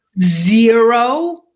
Zero